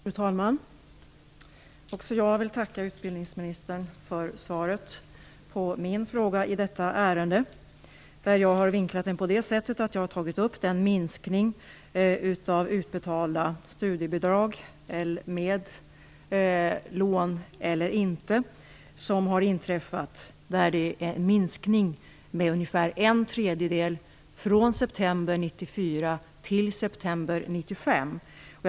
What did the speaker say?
Fru talman! Jag vill tacka utbildningsministern för svaret på min fråga i detta ärende. Jag har vinklat frågan på det sättet att jag har tagit upp den minskning av utbetalda studiebidrag med eller utan lån som har inträffat. Det är en minskning med ungefär en tredjedel från september 1994 till september 1995.